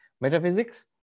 Metaphysics